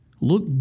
look